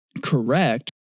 correct